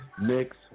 Next